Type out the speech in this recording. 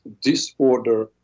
disorder